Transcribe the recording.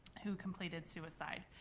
who completed suicide.